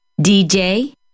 DJ